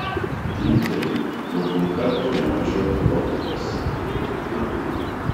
dingtelėjo jog nė karto nemačiau piloto pasipildant kuro